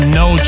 no